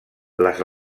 les